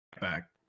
back